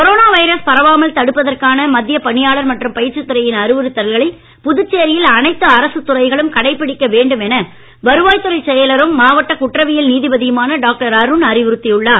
corona virus வராமல் தடுப்பதற்கான மத்திய பணியாளர் மற்றும் பயிற்சி துறையின் அறிவுறுத்தல்களை புதுச்சேரியில் அனைத்து அரசு துறைகளும் கடைபிடிக்க வேண்டும் என வருவாய்த்துறைச் செயலும் மாவட்ட குற்றவியல் நீதிபதியுமான டாக்டர் அருண் அறிவுறுத்தியுள்ளார்